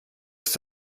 ist